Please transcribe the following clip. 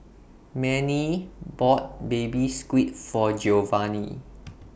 Mannie bought Baby Squid For Giovanni